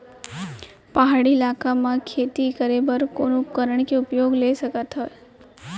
पहाड़ी इलाका म खेती करें बर कोन उपकरण के उपयोग ल सकथे?